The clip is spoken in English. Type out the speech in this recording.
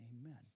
Amen